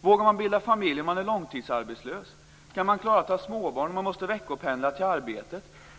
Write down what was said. Vågar man bilda familj om man är långtidsarbetslös? Kan man klara att ha småbarn om man måste veckopendla till arbetet?